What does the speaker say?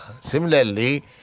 Similarly